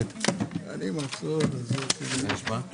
בוקר טוב, אני מתכבד לפתוח את הישיבה.